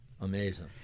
Amazing